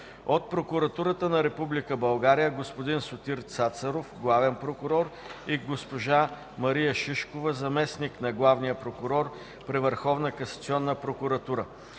от Прокуратурата на Република България: господин Сотир Цацаров – главен прокурор, и госпожа Мария Шишкова – заместник на главния прокурор при Върховна касационна прокуратура;